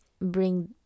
bring